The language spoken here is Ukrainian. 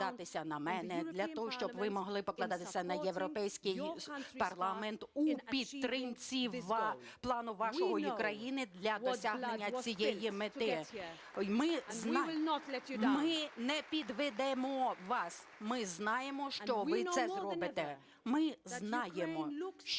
ми знаємо, що ви це зробите.